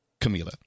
Camila